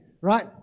Right